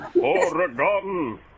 Oregon